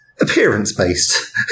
appearance-based